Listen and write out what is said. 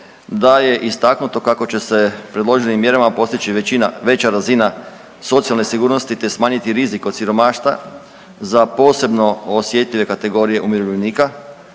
da je istaknuto kako će se predloženim mjerama postići veća razina socijalne sigurnosti te smanjiti rizik od siromaštva za posebno osjetljive kategorije umirovljenika,